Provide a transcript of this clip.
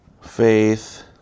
faith